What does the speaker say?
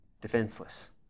defenseless